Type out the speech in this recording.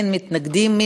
אין מתנגדים.